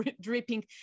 dripping